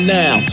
now